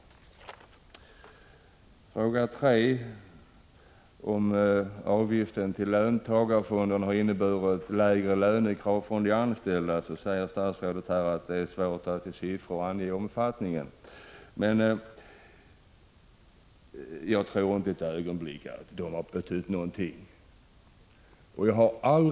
På fråga 3, om avgifterna till löntagarfonderna har inneburit lägre lönekrav från de anställda, svarar statsrådet att det är svårt att i siffror ange omfattningen. Jag tror inte ett ögonblick att de har betytt någonting alls!